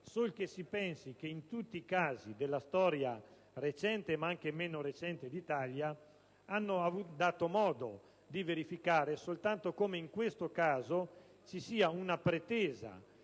sol che si pensi che tutti i casi della storia recente, ma anche meno recente d'Italia hanno dato modo di verificare come soltanto in questo caso ci sia una pretesa